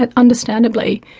but understandably.